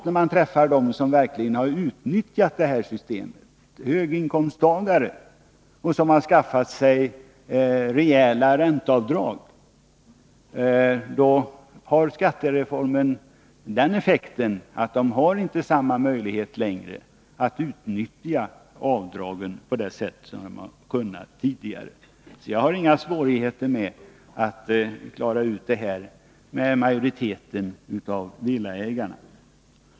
För dem däremot som verkligen har utnyttjat systemet, som har skaffat sig rejäla ränteavdrag, har skattereformen den effekten att de inte längre har samma möjlighet att utnyttja avdragen på det sätt som de har kunnat tidigare. Men jag har inga svårigheter att klara ut detta med majoriteten av villaägarna.